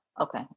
Okay